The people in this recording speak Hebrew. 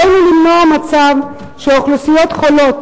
עלינו למנוע מצב שאוכלוסיות חולות,